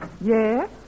Yes